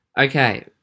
Okay